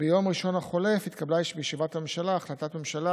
ביום ראשון החולף התקבלה בישיבת הממשלה החלטת ממשלה,